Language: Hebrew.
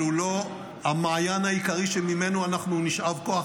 אבל הוא לא המעיין העיקרי שממנו אנחנו נשאב כוח